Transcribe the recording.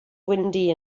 windy